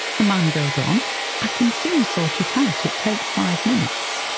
the man goes on i can soon sort it out it takes five minutes.